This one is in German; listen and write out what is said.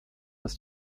ist